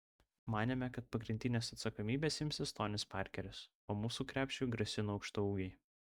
manėme kad pagrindinės atsakomybės imsis tonis parkeris o mūsų krepšiui grasino aukštaūgiai